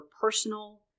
personal